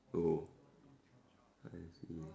oh I see